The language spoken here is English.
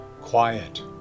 quiet